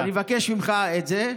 אז אני מבקש ממך את זה.